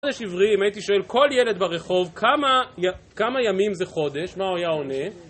חודש עברי אם הייתי שואל כל ילד ברחוב כמה ימים זה חודש מה הוא היה עונה?